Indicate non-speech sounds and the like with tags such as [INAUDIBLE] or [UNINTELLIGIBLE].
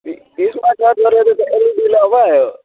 [UNINTELLIGIBLE] एलइडीवाला पो आयो